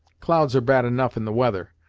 clouds are bad enough in the weather,